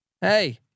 Hey